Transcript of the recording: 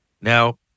Now